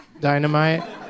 Dynamite